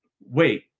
Wait